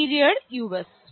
period usperiod us